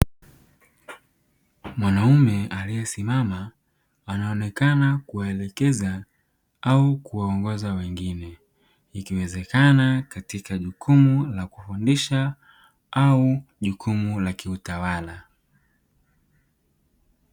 Mwanaume aliyesimama anaonekana kuwaelekeza au kuwaongoza wengine, ikiwezekana katika jukumu la kufundisha au jukumu la kiutawala.